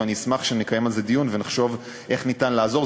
ואני אשמח שנקיים על זה דיון ונחשוב איך ניתן לעזור.